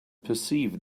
perceived